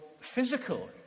physical